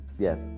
Yes